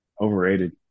overrated